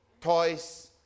toys